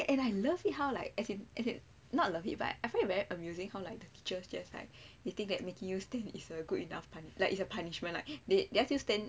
and I love it how like as in as in not love it but I feel very amusing how like the teachers think that making you stand is a good enough like it's a punishment like they they ask you stand